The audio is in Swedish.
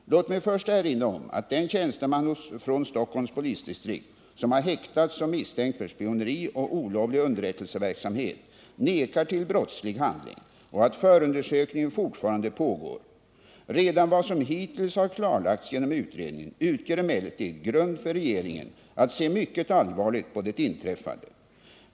Låt mig först erinra om att den tjänsteman från Stockholms polisdistrikt som har häktats som misstänkt för spioneri och olovlig underrättelseverksamhet nekar till brottslig handling och att förundersökning fortfarande pågår. Redan vad som hittills har klarlagts genom utredningen utgör emellertid grund för regeringen att se mycket allvarligt på det inträffade.